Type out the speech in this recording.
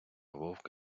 вовк